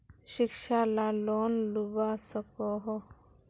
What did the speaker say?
शिक्षा ला लोन लुबा सकोहो?